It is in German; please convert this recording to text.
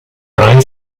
drei